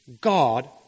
God